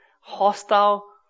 hostile